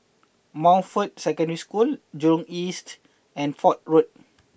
Montfort Secondary School Jurong East and Fort Road